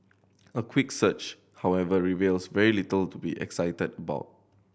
a quick search however reveals very little to be excited about